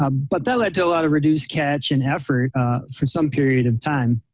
ah but that led to a lot of reduced catch and effort for some period of time.